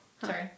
Sorry